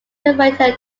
gibraltar